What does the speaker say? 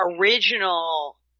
original